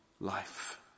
life